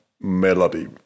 melody